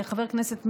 חבר הכנסת מרגי.